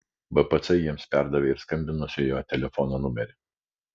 bpc jiems perdavė ir skambinusiojo telefono numerį